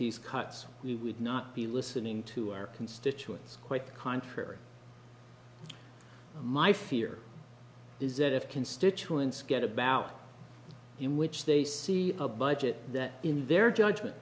these cuts we would not be listening to our constituents quite the contrary my fear is that if constituents get about in which they see a budget that in their judgment